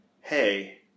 hey